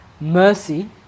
mercy